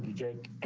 and jake.